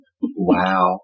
Wow